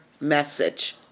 message